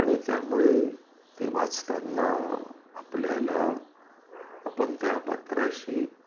आणि त्यामुळे ते वाचताना आपल्याला आपण त्या पात्राशी